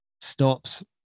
stops